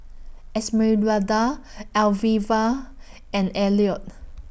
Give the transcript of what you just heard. Esmeralda Alvia and Elliot